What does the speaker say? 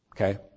Okay